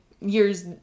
years